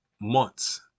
months